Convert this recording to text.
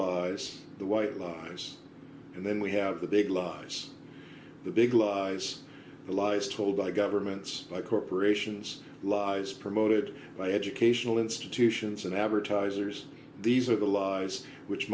lies the white lies and then we have the big lies the big lies the lies told by governments by corporations lies promoted by educational institutions and advertisers these are the lies which